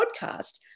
podcast